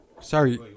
Sorry